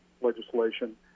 legislation